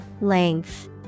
Length